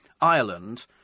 Ireland